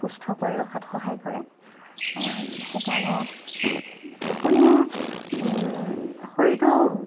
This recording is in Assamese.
সুস্থ কৰি ৰখাত সহায় কৰে সেইকাৰণে টোপনিয়ে শৰীৰটো